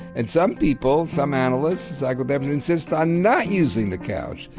and some people, some analysts psychoanalysts insist on not using the couch.